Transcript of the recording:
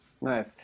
Nice